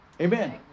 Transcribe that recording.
Amen